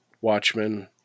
Watchmen